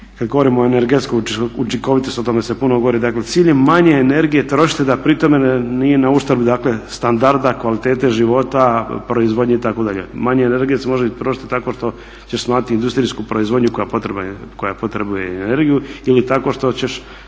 kad govorimo o energetskoj učinkovitosti, o tome se puno govori, dakle cilj je manje energije trošiti da pritom nije nauštrb dakle standarda, kvalitete života, proizvodnje itd. Manje energije se može trošiti tako što ćeš smanjiti industrijsku proizvodnju koja potrebuje energiju ili tako što ćeš